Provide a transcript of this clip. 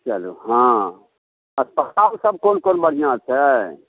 चलू हँ अस्पतालसब कोन कोन बढ़िआँ छै